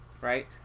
Right